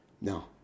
no